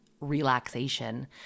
relaxation